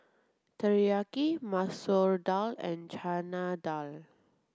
Teriyaki Masoor Dal and Chana Dal